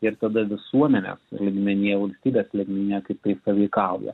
ir tada visuomenės lygmenyje valstybės lygmenyje kaip tai sąveikauja